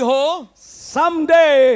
Someday